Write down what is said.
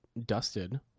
dusted